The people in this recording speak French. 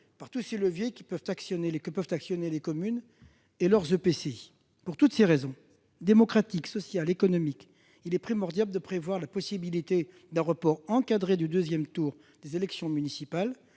par tous ces leviers que peuvent actionner les communes et leurs EPCI. Pour toutes ces raisons, démocratiques, sociales, économiques, il est primordial de prévoir la possibilité d'un report encadré du deuxième tour des élections municipales,